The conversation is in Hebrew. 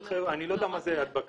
אני לא יודע מה זה הדבקה.